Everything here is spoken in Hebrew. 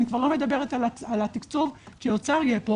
אני כבר לא מדברת על התקצוב כשהאוצר יהיה פה,